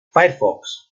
firefox